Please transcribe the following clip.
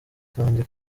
kanjye